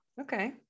Okay